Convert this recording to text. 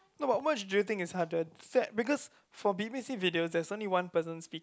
no no but what you think is harder say because for b_b_c video that there's only one person speaking